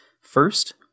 first